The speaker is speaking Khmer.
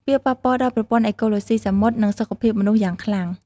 វាប៉ះពាល់ដល់ប្រព័ន្ធអេកូឡូស៊ីសមុទ្រ និងសុខភាពមនុស្សយ៉ាងខ្លាំង។